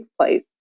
place